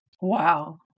Wow